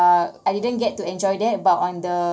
uh I didn't get to enjoy that but on the